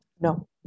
no